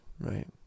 right